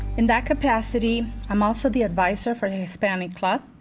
in that capacity, i'm also the advisor for the hispanic club,